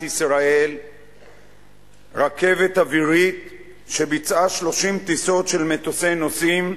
ישראל רכבת אווירית שביצעה 30 טיסות של מטוסי נוסעים.